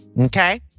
Okay